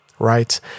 right